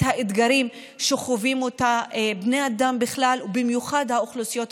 את האתגרים שחווים אותם בני האדם בכלל,